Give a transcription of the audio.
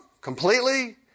completely